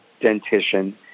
dentition